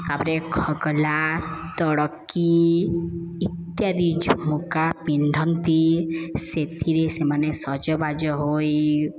ତାପରେ ଖଗଲା ତଡ଼କୀ ଇତ୍ୟାଦି ଝମୁକା ପିନ୍ଧନ୍ତି ସେଥିରେ ସେମାନେ ସଜବାଜ ହୋଇ